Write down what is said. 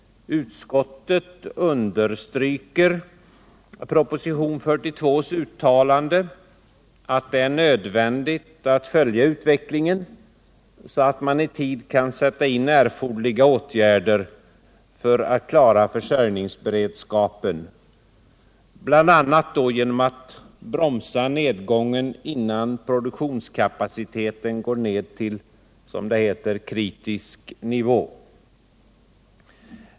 Utskottet understryker uttalandet i propositionen 42 att det är nödvändigt att följa utvecklingen, så att man i tid kan sätta in erforderliga åtgärder för att trygga försörjningsberedskapen, bl.a. genom att bromsa nedgången innan produktionskapaciteten går ned till, som det heter, kritisk nivå.